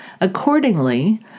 Accordingly